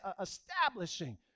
establishing